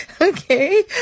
Okay